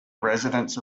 residents